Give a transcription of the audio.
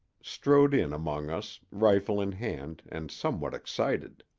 strode in among us, rifle in hand and somewhat excited.